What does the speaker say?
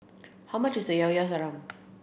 how much is Llao Llao Sanum